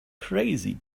crazy